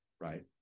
right